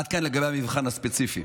עד כאן לגבי המבחן הספציפי.